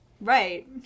Right